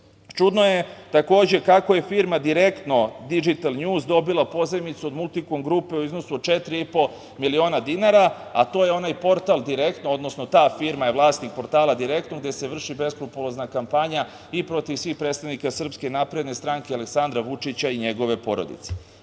Čudno je, takođe, kako je firma direktno „Didžital Njuz“ dobila pozajmicu od „Multikom grupe“ u iznosu od 4,5 miliona dinara, a to je onaj portal, „Direktno“, odnosno ta firma je vlasnik portala „Direktno“ gde se vrši beskrupulozna kampanja i protiv svih predstavnika SNS, Aleksandra Vučića i njegove porodice. Ono